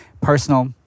personal